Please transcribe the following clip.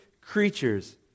creatures